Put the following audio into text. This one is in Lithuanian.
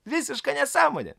visiška nesąmonė